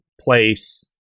place